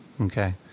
Okay